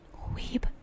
Weeb